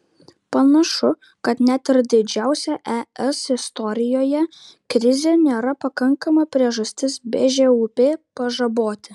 panašu kad net ir didžiausia es istorijoje krizė nėra pakankama priežastis bžūp pažaboti